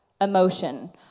emotion